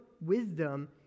wisdom